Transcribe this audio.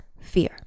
fear